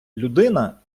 людина